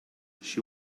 she